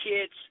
kids